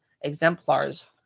exemplars